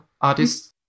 artists